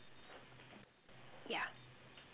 yeah